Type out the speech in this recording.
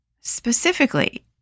specifically